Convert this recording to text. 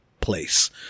place